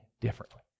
differently